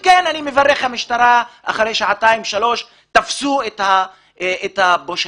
אני מברך את המשטרה שאחרי שעתיים-שלוש תפסה את הפושע.